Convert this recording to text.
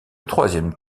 troisième